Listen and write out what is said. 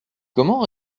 comment